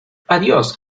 adiós